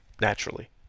naturally